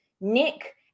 nick